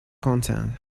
content